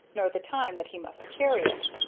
nor the time that he must carry it.